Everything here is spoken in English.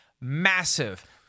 massive